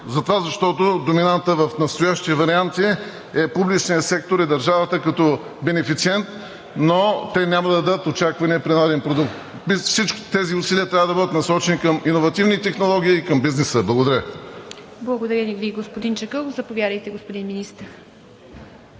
сектор? Защото доминанта в настоящия вариант е публичният сектор и държавата като бенефициент, но те няма да дадат очаквания принаден продукт. Всичките тези усилия трябва да бъдат насочени към иновативни технологии и към бизнеса. Благодаря. ПРЕДСЕДАТЕЛ ИВА МИТЕВА: Благодаря Ви, господин Чакъров. Заповядайте, господин Министър.